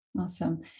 Awesome